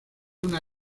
una